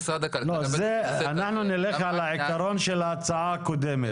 אנחנו נלך על העיקרון של ההצעה הקודמת.